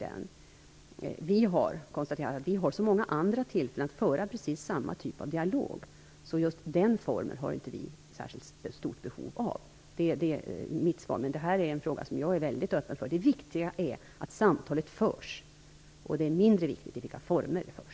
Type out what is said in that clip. Sverige har konstaterat att det finns så många andra tillfällen när vi kan föra precis samma typ av dialog, så det finns inte något särskilt stort behov av just denna form. Det är mitt svar, men jag är väldigt öppen för denna fråga. Det viktiga är att samtalet förs. Det är mindre viktigt i vilka former det förs.